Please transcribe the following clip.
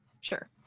sure